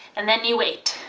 and then you wait.